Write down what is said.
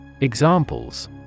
Examples